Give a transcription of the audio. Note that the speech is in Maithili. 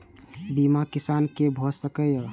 बीमा किसान कै भ सके ये?